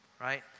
Right